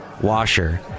washer